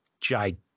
gigantic